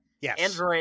Yes